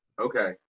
Okay